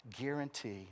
guarantee